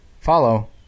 follow